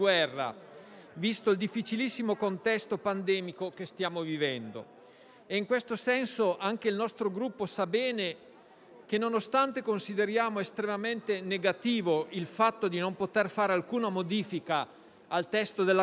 visto il difficilissimo contesto pandemico che stiamo vivendo. In questo senso anche il nostro Gruppo sa bene che, nonostante consideriamo estremamente negativo il fatto di non poter fare alcuna modifica al testo della Camera,